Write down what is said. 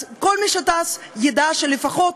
אז כל מי שטס ידע שלפחות,